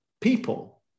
people